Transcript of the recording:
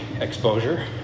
exposure